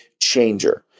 changer